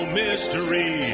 mystery